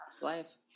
life